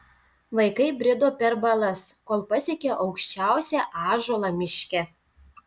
vaikai brido per balas kol pasiekė aukščiausią ąžuolą miške